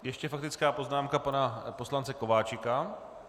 Ještě faktická poznámka pana poslance Kováčika.